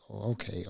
okay